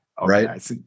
right